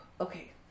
Okay